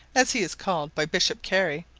as he is called by bishop-carey,